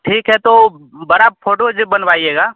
ठीक है तो बड़ा फ़ोटो जे बनवाइएगा